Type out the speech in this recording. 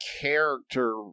character